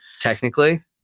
technically